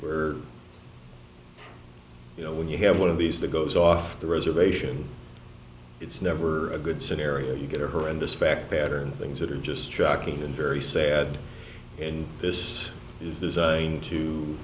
for you know when you have one of these that goes off the reservation it's never a good scenario you get her on this fact pattern things that are just shocking and very sad and this is designed to